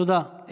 תודה.